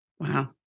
Wow